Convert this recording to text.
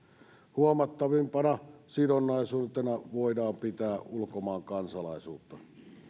huomattavimpana sidonnaisuutena voidaan pitää ulkomaan kansalaisuutta